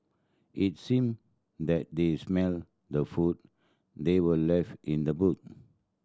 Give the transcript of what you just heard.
it seemed that they smelt the food that were left in the boot